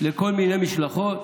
לכל מיני משלחות.